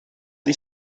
die